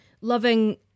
loving